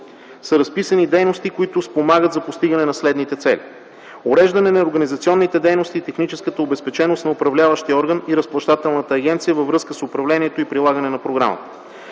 са разписани дейности, спомагащи за постигане на следните цели: - уреждане на организационните дейности и техническата обезпеченост на управляващия орган и Разплащателната агенция във връзка с управлението и прилагане на програмата;